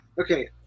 okay